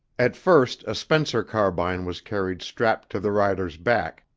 at first a spencer carbine was carried strapped to the rider's back,